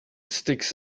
sticks